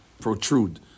protrude